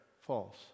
false